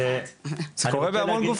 זה קורה בהמון גופים.